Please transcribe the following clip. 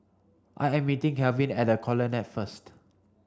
I am meeting Kalvin at the Colonnade first